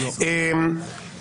כן, זה בכל זאת לא קיצוני...